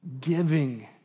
giving